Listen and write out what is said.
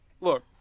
look